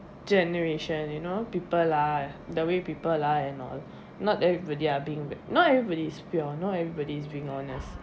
generation you know people are the way people are and all not everybody are being no everybody is pure no everybody is being honest